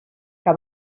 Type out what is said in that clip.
que